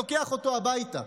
לוקח אותו הביתה.